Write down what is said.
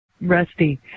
Rusty